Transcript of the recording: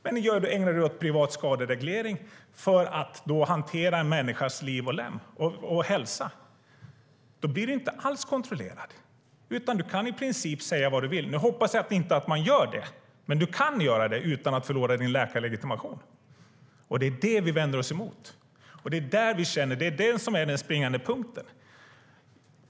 Men om du ägnar du dig åt privat skadereglering för att hantera en människas liv och hälsa blir du inte alls kontrollerad, utan du kan i princip säga vad du vill. Nu hoppas jag att ingen gör det, men du kan göra det utan att förlora din läkarlegitimation. Det är det vi vänder oss emot. Det är det som är den springande punkten.